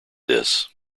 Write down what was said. this